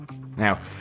now